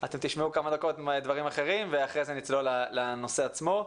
אתם תשמעו כמה דקות דברים אחרים ואחרי זה נצלול לנושא עצמו.